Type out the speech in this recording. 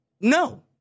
no